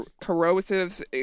Corrosives